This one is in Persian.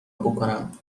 بکنم